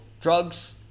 drugs